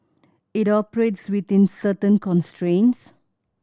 it operates within certain constraints